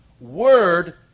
word